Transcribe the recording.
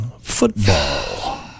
football